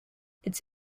its